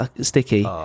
sticky